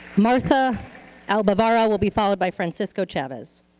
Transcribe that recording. martha albavarra will be followed by francisco chavez.